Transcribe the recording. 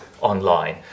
online